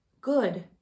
good